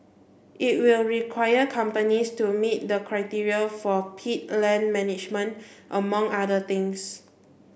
it will require companies to meet the criteria for peat land management among other things